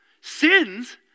Sins